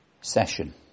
session